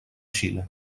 xile